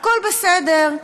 הכול בסדר.